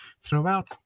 Throughout